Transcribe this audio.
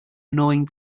knowing